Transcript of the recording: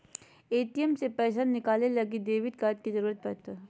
ATM से पैसा निकाले लगी डेबिट कार्ड के जरूरत पड़ो हय